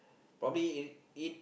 probably in in